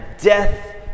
death